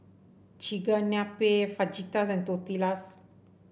Chigenabe Fajitas and Tortillas